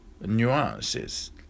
nuances